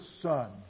Son